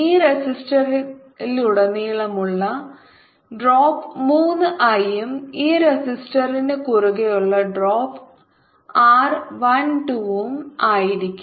ഈ റെസിസ്റ്ററിലുടനീളമുള്ള ഡ്രോപ്പ് മൂന്ന് I ഉം ഈ റെസിസ്റ്റൻസിനു കുറുകെയുള്ള ഡ്രോപ്പ് R I 2 ഉം ആയിരിക്കും